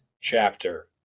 chapter